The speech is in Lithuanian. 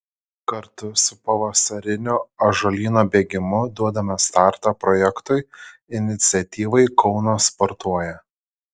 kartu su pavasariniu ąžuolyno bėgimu duodame startą projektui iniciatyvai kaunas sportuoja